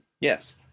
Yes